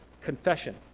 confession